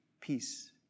peace